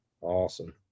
awesome